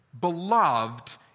beloved